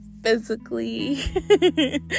physically